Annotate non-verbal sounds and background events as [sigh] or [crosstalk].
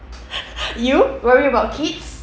[laughs] you worry about kids